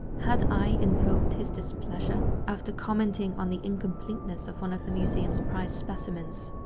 had i invoked his displeasure after commenting on the incompleteness of one of the museum's prize specimens?